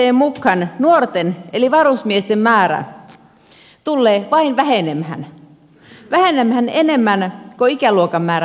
ennusteen mukaan nuorten eli varusmiesten määrä tulee vain vähenemään vähenemään enemmän kuin ikäluokan määrä vähenee